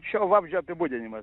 šio vabzdžio apibūdinimas